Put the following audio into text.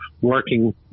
working